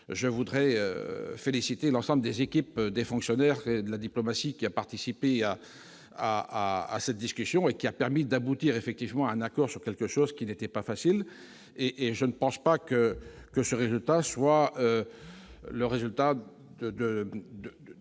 je voudrais féliciter l'ensemble des équipes des fonctionnaires que de la diplomatie qui a participé à à à à cette discussion et qui a permis d'aboutir effectivement un accord sur quelque chose qui n'était pas facile et et je ne pense pas que que ce résultat soit le résultat de,